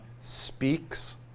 speaks